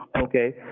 Okay